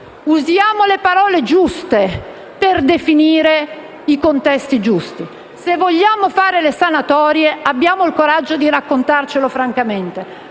usiamo le parole giuste per definire i contesti giusti. Se vogliamo fare le sanatorie dobbiamo avere il coraggio di raccontarcelo francamente;